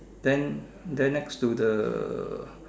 then then next to the